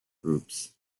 groups